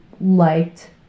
liked